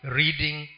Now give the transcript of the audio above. reading